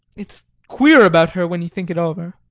it's queer about her when you think it over.